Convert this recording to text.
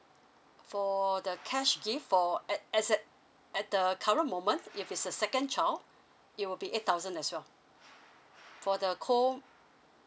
for the cash gift for at as at at the current moment if it's a second child it will be eight thousand as well for the co